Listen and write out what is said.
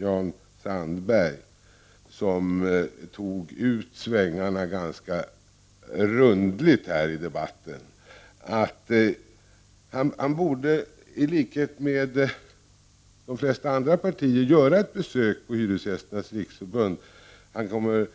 Jan Sandberg tog ut svängarna ganska ordentligt här i debatten. Till honom vill jag säga att han i likhet med de flesta andra partiers företrädare borde göra ett besök på Hyresgästernas riksförbund. Han kommer